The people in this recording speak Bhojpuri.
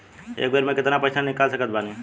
एक बेर मे केतना पैसा निकाल सकत बानी?